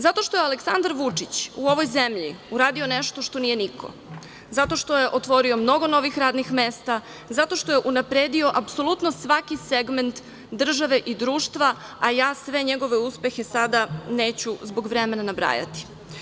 Zato što je Aleksandar Vučić u ovoj zemlji uradio nešto što nije niko, zato što je otvorio mnogo radnih mesta, zato što je unapredio apsolutno svaki segment države i društva, a ja sve njegove uspehe sada neću zbog vremena nabrajati.